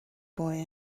boy